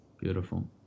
Beautiful